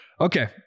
Okay